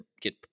get